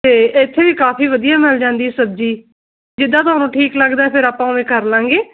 ਅਤੇ ਇੱਥੇ ਵੀ ਕਾਫ਼ੀ ਵਧੀਆ ਮਿਲ ਜਾਂਦੀ ਸਬਜ਼ੀ ਜਿੱਦਾਂ ਤੁਹਾਨੂੰ ਠੀਕ ਲੱਗਦਾ ਫਿਰ ਆਪਾਂ ਉਵੇਂ ਕਰ ਲਾਂਗੇ